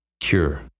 cure